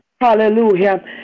hallelujah